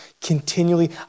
continually